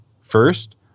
first